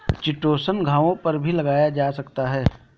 chitosan घावों पर भी लगाया जा सकता है